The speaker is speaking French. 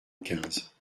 quinze